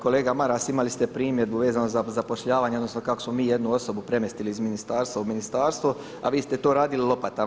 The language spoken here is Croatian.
Kolega Maras, imali ste primjedbu vezano za zapošljavanje odnosno kako smo mi jednu osobu premjestili iz ministarstva u ministarstvo, a vi ste to radili lopatama.